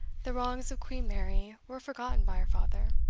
the wrongs of queen mary were forgotten by her father,